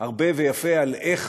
הרבה ויפה על איך